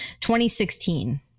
2016